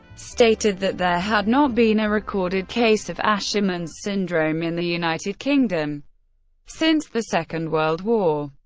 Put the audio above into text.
stated that there had not been a recorded case of asherman's syndrome in the united kingdom since the second world war.